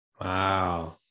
Wow